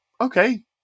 okay